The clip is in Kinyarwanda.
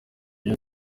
ibyo